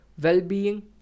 well-being